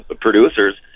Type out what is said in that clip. producers